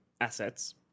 assets